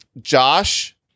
Josh